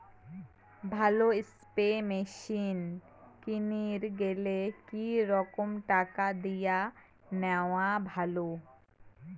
ভালো spray machine কিনির গেলে কি রকম টাকা দিয়া নেওয়া ভালো?